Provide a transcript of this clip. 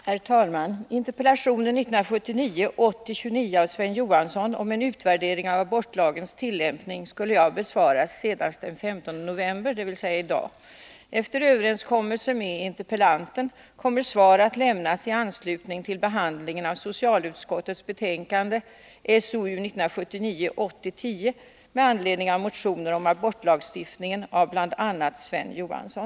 Herr talman! Interpellationen 1979 80:10 med anledning av motioner om abortlagstiftningen av bl.a. Sven Johansson.